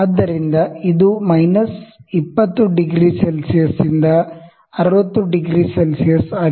ಆದ್ದರಿಂದ ಇದು ಮೈನಸ್ 20℃ ರಿಂದ 60℃ ಆಗಿದೆ